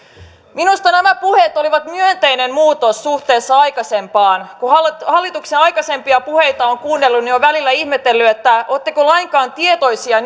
minusta nämä puheet olivat myönteinen muutos suhteessa aikaisempaan kun hallituksen aikaisempia puheita on kuunnellut on välillä ihmetellyt oletteko lainkaan tietoisia